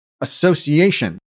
association